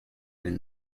den